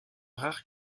rare